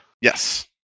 Yes